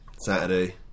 Saturday